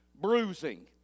bruising